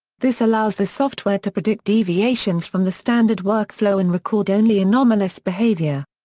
this allows the software to predict deviations from the standard workflow and record only anomalous behaviour.